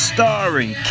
Starring